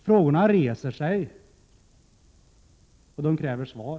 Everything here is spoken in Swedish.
Frågorna reser sig, och de kräver svar.